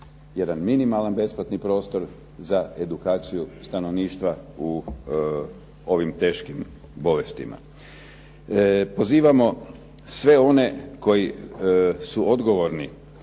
jedan minimalni besplatni prostor za edukaciju stanovništva u ovim teškim bolestima. Pozivamo sve one koji su odgovorni